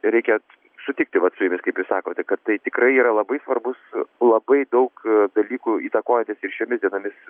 reikia sutikti vat su jumis kaip jūs sakote kad tai tikrai yra labai svarbus labai daug dalykų įtakojantis ir šiomis dienomis